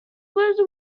was